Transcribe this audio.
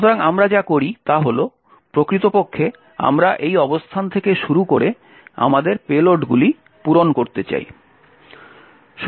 সুতরাং আমরা যা করি তা হল প্রকৃতপক্ষে আমরা এই অবস্থান থেকে শুরু করে আমাদের পেলোডগুলি পূরণ করতে চাই